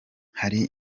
hari